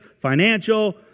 financial